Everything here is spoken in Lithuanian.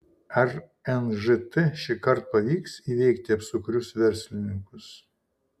ar nžt šįkart pavyks įveikti apsukrius verslininkus